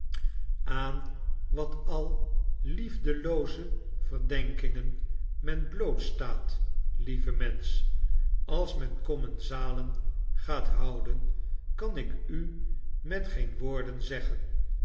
aan wat al liefdelooze verdenkingen men blootstaat lieve mensch als men commensalen gaat houden kan ik u met geen woorden zeggen